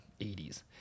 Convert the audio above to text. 80s